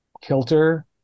kilter